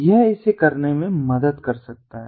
यह इसे करने में मदद कर सकता है